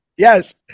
yes